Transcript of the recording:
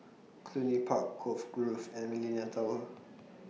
Cluny Park Cove Grove and Millenia Tower